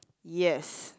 yes